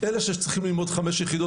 אלה שצריכים ללמוד חמש יחידות.